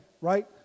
Right